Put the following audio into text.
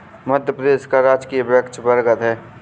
मध्य प्रदेश का राजकीय वृक्ष बरगद है